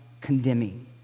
condemning